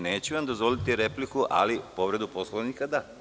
Neću vam dozvoliti repliku, ali povredu Poslovnika da.